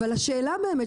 אבל השאלה באמת,